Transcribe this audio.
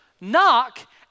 Knock